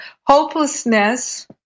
hopelessness